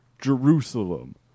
Jerusalem